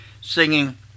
singing